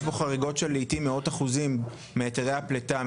פה חריגות של לעיתים מאות אחוזים מהיתרי הפלטה,